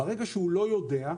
וברגע שהוא לא יודע,